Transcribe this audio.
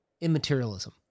immaterialism